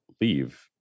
leave